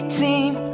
team